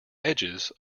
edges